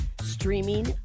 Streaming